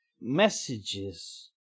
messages